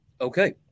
Okay